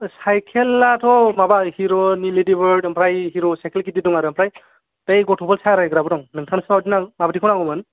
ओ साइकेलाथ' माबा हिर'नि लेदिबोर्द ओमफ्राय हिर' साइकेल गिदिर दङ आरो ओमफ्राय बे गथ'फोर सालायग्राबो दं नोंथांनोसो माबादिखौ नां माबादिखौ नांगौमोन